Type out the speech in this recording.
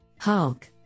Hulk